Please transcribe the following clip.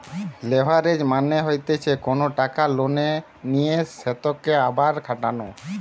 leverage মানে হতিছে কোনো টাকা লোনে নিয়ে সেতকে আবার খাটানো